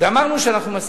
אמרנו שאנחנו מסכימים.